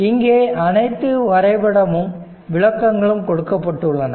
இங்கே அனைத்து வரைபடமும் விளக்கங்களும் கொடுக்கப்பட்டுள்ளன